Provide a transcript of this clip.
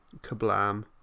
Kablam